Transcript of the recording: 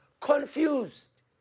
confused